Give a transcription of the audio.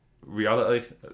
reality